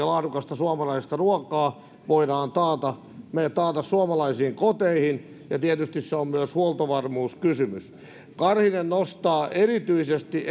laadukasta suomalaista ruokaa voidaan taata suomalaisiin koteihin ja tietysti se on myös huoltovarmuuskysymys karhinen nostaa erityisesti